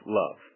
love